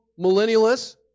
millennialists